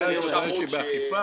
עדיין יש בעיה באכיפה.